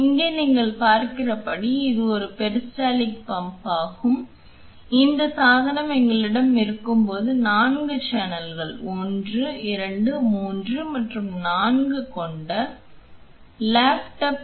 இங்கே நீங்கள் பார்க்கிறபடி இது ஒரு பெரிஸ்டால்டிக் பம்ப் ஆகும் இந்த சாதனம் எங்களிடம் இருக்கும்போது 4 சேனல்கள் 1 2 3 மற்றும் 4 கொண்ட டேப்லெட் பம்ப்